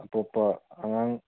ꯑꯇꯣꯞꯄ ꯑꯉꯥꯡ